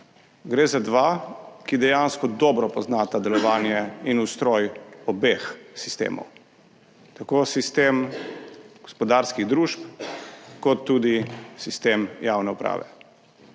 Gre za dva, ki dejansko dobro poznata delovanje in ustroj obeh sistemov, tako sistem gospodarskih družb kot tudi sistem javne uprave.